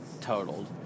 totaled